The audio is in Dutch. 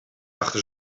achter